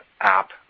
app